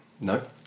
No